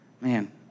man